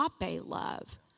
love